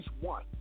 One